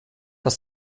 das